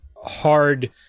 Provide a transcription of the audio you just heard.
hard